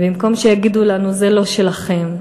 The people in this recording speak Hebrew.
ובמקום שיגידו לנו: זה לא שלכן,